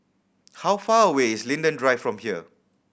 how far away is Linden Drive from here